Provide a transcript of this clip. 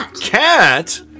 Cat